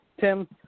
Tim